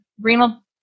renal